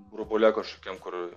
burbule kažkokiam kur